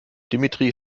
dimitri